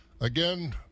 again